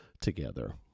together